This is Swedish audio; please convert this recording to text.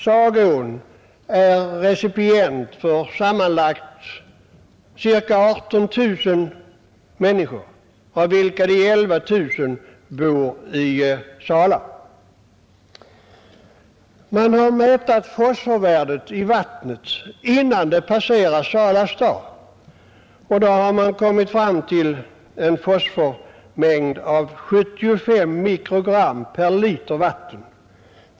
Sagån är recipient för sammanlagt ca 18 000 människor, av vilka 11 000 bor i Sala. Man har mätt fosforvärdet i vattnet innan det passerar Sala stad, och då har man kommit fram till en fosformängd av 75 mikrogram per liter vatten.